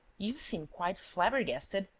you seem quite flabbergasted!